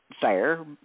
fair